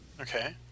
Okay